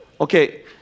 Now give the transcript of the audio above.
Okay